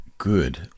good